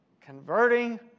converting